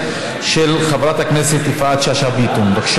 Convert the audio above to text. שלום לא יהיה פה בקרוב,